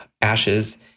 ashes